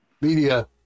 Media